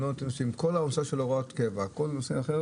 כל הנושא של הוראות קבע, כל נושא אחר